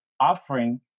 offering